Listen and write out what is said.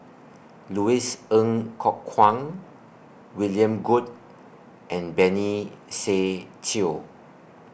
Louis Ng Kok Kwang William Goode and Benny Se Teo